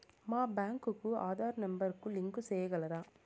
మా బ్యాంకు కు ఆధార్ నెంబర్ కు లింకు సేయగలరా?